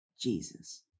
Jesus